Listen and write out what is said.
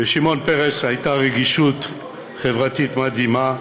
לשמעון פרס הייתה רגישות חברתית מדהימה.